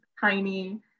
tiny